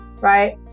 Right